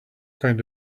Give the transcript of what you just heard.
kind